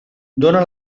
dóna